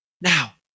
Now